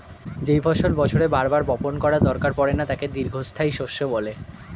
যেই ফসল বছরে বার বার বপণ করার দরকার পড়ে না তাকে দীর্ঘস্থায়ী শস্য বলে